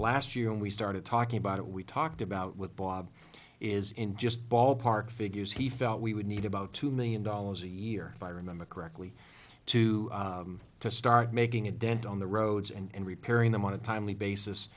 last year when we started talking about it we talked about what bob is in just ballpark figures he felt we would need about two million dollars a year if i remember correctly to start making a dent on the roads and repairing on a timely basis